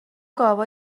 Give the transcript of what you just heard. گاوا